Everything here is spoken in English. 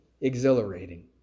exhilarating